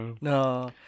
No